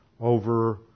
over